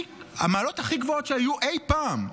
המעלות הכי גבוהות שהיו אי פעם.